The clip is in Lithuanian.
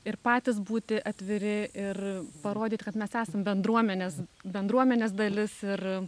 ir patys būti atviri ir parodyti kad mes esam bendruomenės bendruomenės dalis ir